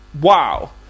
wow